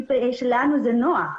מפני שלנו זה נוח,